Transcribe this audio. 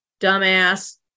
Dumbass